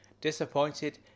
Disappointed